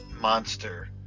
monster